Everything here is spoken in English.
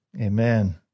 amen